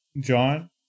John